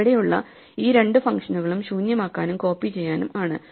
ഇവിടെയുള്ള ഈ രണ്ട് ഫംഗ്ഷനുകളും ശൂന്യമാക്കാനും കോപ്പി ചെയ്യാനും ആണ്